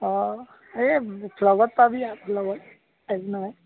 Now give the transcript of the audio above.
অঁ সেয়ে ব্লগত পাবি আৰ লগত একলগে